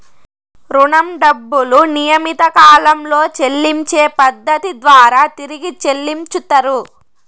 రుణం డబ్బులు నియమిత కాలంలో చెల్లించే పద్ధతి ద్వారా తిరిగి చెల్లించుతరు